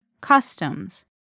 Customs